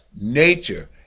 nature